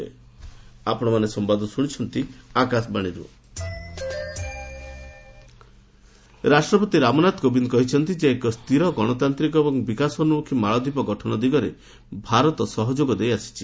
ପ୍ରେକ୍ ମାଲ୍ଦିପ୍ସ ରାଷ୍ଟ୍ରପତି ରାମନାଥ କୋବିନ୍ଦ କହିଛନ୍ତି ଯେ ଏକ ସ୍ଥିର ଗଣତାନ୍ତିକ ଏବଂ ବିକାଶୋନ୍ଦୁଖୀ ମାଲଦୀପ ଗଠନ ଦିଗରେ ଭାରତ ସହଯୋଗ ଦେଇଆସିଛି